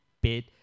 bit